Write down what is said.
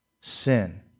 sin